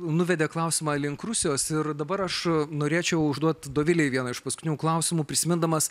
nuvedė klausimą link rusijos ir dabar aš norėčiau užduot dovilei vieną iš paskutinių klausimų prisimindamas